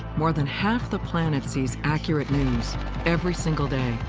more than half the planet sees accurate news every single day,